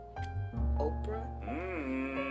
Oprah